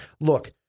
look